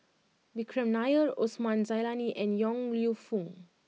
Vikram Nair Osman Zailani and Yong Lew Foong